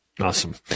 Awesome